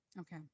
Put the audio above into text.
Okay